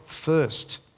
first